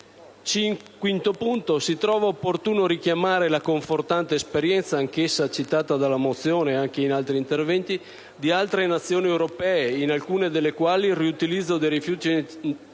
In quinto luogo, si reputa opportuno richiamare la confortante esperienza - anch'essa citata dalla mozione e in altri interventi - di altre Nazioni europee, in alcune delle quali il riutilizzo dei rifiuti nei